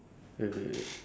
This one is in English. three zero